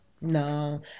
no